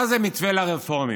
מה זה מתווה לרפורמים?